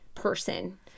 person